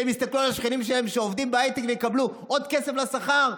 שהם יסתכלו על השכנים שלהם שעובדים בהייטק ויקבלו עוד כסף לשכר?